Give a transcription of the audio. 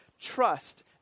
trust